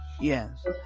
Yes